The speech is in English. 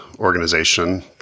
Organization